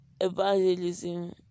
evangelism